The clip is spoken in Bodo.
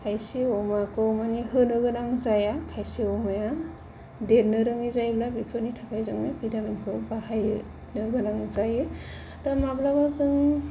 खायसे अमाखौ माने होनो गोनां जाया खायसे अमाया देरनो रोङै जायोब्ला बेफोरनि थाखाय जोङो भिटामिनखौ बाहायनो गोनां जायो दा माब्लाबा जों